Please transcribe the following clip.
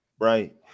Right